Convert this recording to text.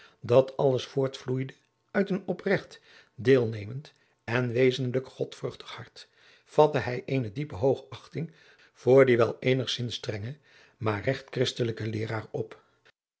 dat alles voortvloeide uit een opregt deelnemend en wezenlijk godvruchtig hart vatte hij eene diepe hoogachting voor dien wel eenigzins strengen maar regt christelijken leeraar op